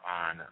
on